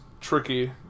tricky